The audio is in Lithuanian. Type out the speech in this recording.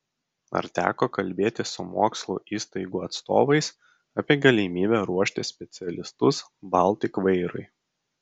ar teko kalbėtis su mokslo įstaigų atstovais apie galimybę ruošti specialistus baltik vairui